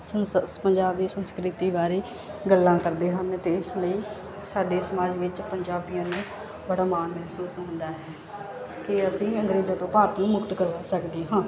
ਸੰਸਸ ਪੰਜਾਬ ਦੀ ਸੰਸਕ੍ਰਿਤੀ ਬਾਰੇ ਗੱਲਾਂ ਕਰਦੇ ਹਨ ਅਤੇ ਇਸ ਲਈ ਸਾਡੇ ਸਮਾਜ ਵਿੱਚ ਪੰਜਾਬੀਆਂ ਨੂੰ ਬੜਾ ਮਾਣ ਮਹਿਸੂਸ ਹੁੰਦਾ ਹੈ ਕਿ ਅਸੀਂ ਅੰਗਰੇਜ਼ਾਂ ਤੋਂ ਭਾਰਤ ਨੂੰ ਮੁਕਤ ਕਰਵਾ ਸਕਦੇ ਹਾਂ